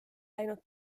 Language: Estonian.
läinud